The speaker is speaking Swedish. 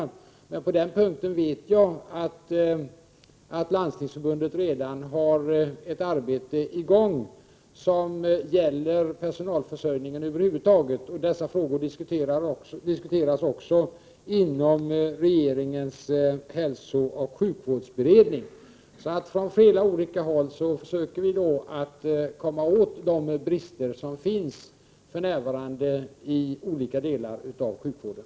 Jag vet att på den punkten har Landstingsförbundet redan ett arbete i gång, som avser personalförsörjningen över huvud taget. Dessa frågor diskuteras också inom regeringens hälsooch sjukvårdsberedning. Vi försöker från flera håll att komma till rätta med de brister som för närvarande finns inom olika delar av sjukvården.